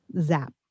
Zap